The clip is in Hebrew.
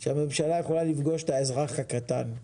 תוכיח שהממשלה יכולה לפגוש את האזרח הקטן,